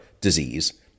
disease